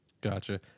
Gotcha